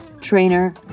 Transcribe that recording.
trainer